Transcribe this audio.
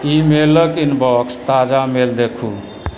ई मेल क इनबॉक्स मे ताजा मेल देखू